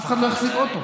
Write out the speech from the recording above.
אף אחד לא יחזיק אוטו.